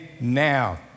now